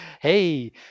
Hey